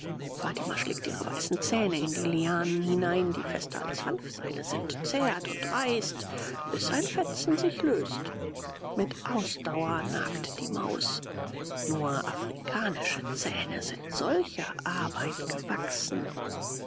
fatima schlägt ihre weißen zähne in die lianen hinein die fester als hanfseile sind zerrt und reißt bis ein fetzen sich löst mit ausdauer nagt die maus nur afrikanische zähne sind solcher arbeit gewachsen